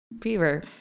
fever